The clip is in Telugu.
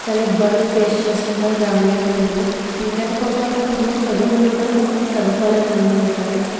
చాల ఇబ్బందులు ఫేస్ చేస్తూ ఉంటారు గ్రామీణ ప్రజలు ఎందుకంటే పాపం వాళ్ళు కొంతమంది చదువుకుని ఉంటారు కొంతమంది చదువుకోలేని నో నోళ్ళుంటారు